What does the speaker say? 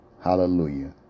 hallelujah